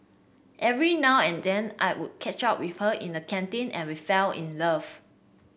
every now and then I would catch up with her in the canteen and we fell in love